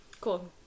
Cool